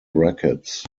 brackets